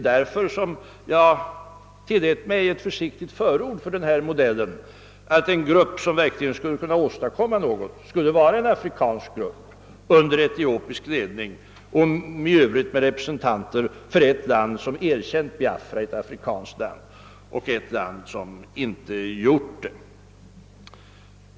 Därför tillät jag mig att ge ett försiktigt förord för den modellen att den grupp som verkligen skulle kunna åstadkomma något skulle vara afrikansk under etiopisk ledning och innehålla representanter dels från ett afrikanskt land som erkänt Biafra, dels från ett som icke gjort det.